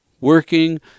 working